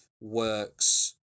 works